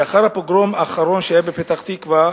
לאחר הפוגרום האחרון שהיה בפתח-תקווה,